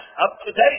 up-to-date